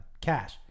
cash